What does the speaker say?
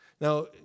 Now